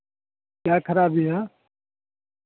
क्या खराबी है